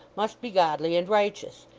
must be godly and righteous.